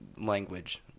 language